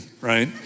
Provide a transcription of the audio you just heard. right